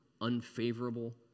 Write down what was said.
unfavorable